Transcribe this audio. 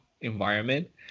environment